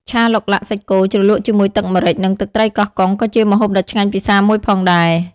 ឆាឡុកឡាក់សាច់គោជ្រលក់ជាមួយទឹកម្រេច និងទឹកត្រីកោះកុងក៏ជាម្ហូបដ៏ឆ្ងាញ់ពិសាមួយផងដែរ ។